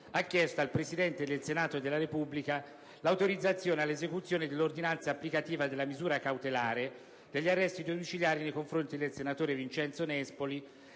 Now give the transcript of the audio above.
ha chiesto al Presidente del Senato della Repubblica l'autorizzazione all'esecuzione dell'ordinanza applicativa della misura cautelare degli arresti domiciliari nei confronti del senatore Vincenzo Nespoli